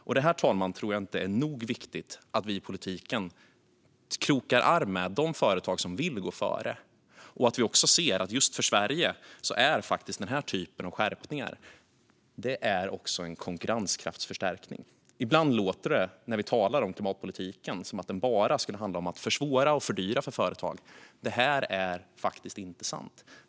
Det är, fru talman, synnerligen viktigt att vi politiker krokar arm med de företag som vill gå före. Just för Sverige är den typen av skärpningar ett sätt att stärka konkurrenskraften. Ibland när vi talar om klimatpolitiken låter det som att det bara skulle handla om att försvåra och fördyra för företag. Det är faktiskt inte sant.